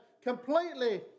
completely